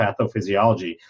Pathophysiology